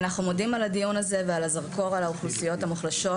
אנחנו מודים על הדיון הזה ועל הזרקור על האוכלוסיות המוחלשות,